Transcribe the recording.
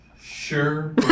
Sure